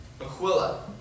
Aquila